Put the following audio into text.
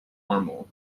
caramel